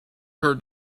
heard